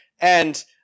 and-